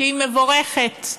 שהיא מבורכת,